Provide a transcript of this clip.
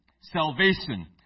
salvation